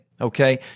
Okay